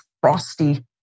frosty